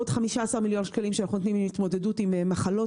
עוד 15 מיליון שקלים שאנחנו נותנים להתמודדות עם מחלות,